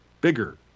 bigger